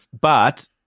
But-